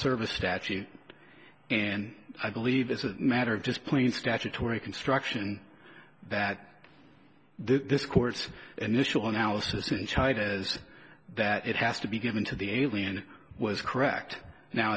service statute and i believe as a matter of just plain statutory construction that this court's initial analysis in china is that it has to be given to the alien was correct now